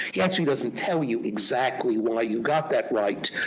he actually doesn't tell you exactly why you got that right,